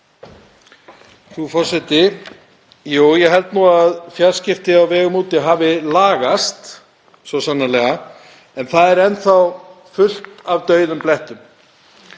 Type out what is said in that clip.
Frú forseti. Ég held að fjarskipti á vegum úti hafi lagast svo sannarlega, en enn er fullt af dauðum blettum.